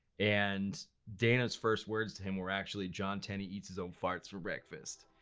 and dana's first words to him were actually john tenney eats his own farts for breakfast.